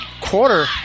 quarter